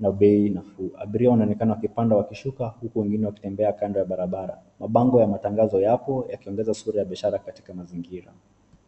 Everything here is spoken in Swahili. na bei nafuu. Abiria wanaonekana wakipanda na kushuka huku wengine wakitembea kando ya barabara. Mabango ya matangazo yapo yakiongeza sura ya biashara ya mazingira.